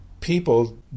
people